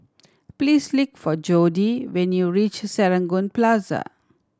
please look for Jodie when you reach Serangoon Plaza